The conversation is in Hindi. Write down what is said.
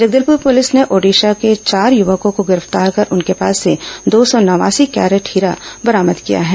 जगदलपुर पुलिस ने ओडिशा के चार युवकों को गिरफ्तार कर उनके पास से दो सौ नवासी कैरेट हीरा बरामद किया है